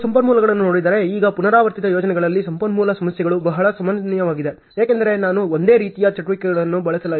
ನೀವು ಸಂಪನ್ಮೂಲಗಳನ್ನು ನೋಡಿದರೆ ಈಗ ಪುನರಾವರ್ತಿತ ಯೋಜನೆಗಳಲ್ಲಿ ಸಂಪನ್ಮೂಲ ಸಮಸ್ಯೆಗಳು ಬಹಳ ಸಾಮಾನ್ಯವಾಗಿದೆ ಏಕೆಂದರೆ ನಾನು ಒಂದೇ ರೀತಿಯ ಚಟುವಟಿಕೆಗಳನ್ನು ಬಳಸಲಿದ್ದೇನೆ